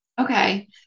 Okay